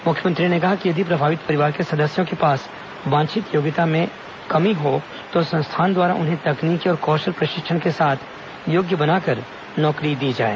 मुख्यमंत्री ने कहा कि यदि प्रभावित परिवार में सदस्यों के पास वांछित योग्यता में कमी हो तो संस्थान द्वारा उन्हें तकनीकी और कौशल प्रशिक्षण के साथ योग्य बनाकर नौकरी दी जाए